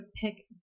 pick